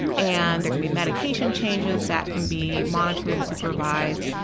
and there can be medication changes that can be monitored and supervised,